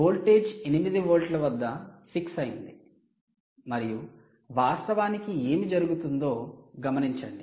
voltage 8 వోల్ట్ల వద్ద fix అయ్యింది మరియు వాస్తవానికి ఏమి జరుగుతుందో గమనించండి